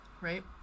Right